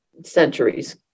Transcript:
centuries